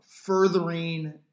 Furthering